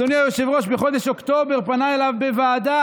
אדוני היושב-ראש, בחודש אוקטובר פנה אליו בוועדה,